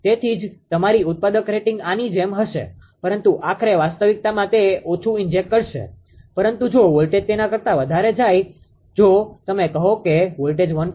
તેથી જ તમારી ઉત્પાદક રેટિંગ આની જેમ હશે પરંતુ આખરે વાસ્તવિકતામાં તે ઓછું ઇન્જેક્ટ કરશે પરંતુ જો વોલ્ટેજ તેના કરતા વધારે જાય જો તમે કહો કે વોલ્ટેજ 1